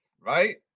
right